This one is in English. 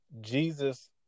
Jesus